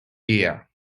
year